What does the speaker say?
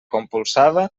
compulsada